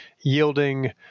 yielding